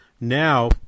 Now